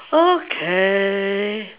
okay